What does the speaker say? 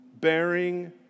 bearing